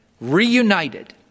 reunited